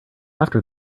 after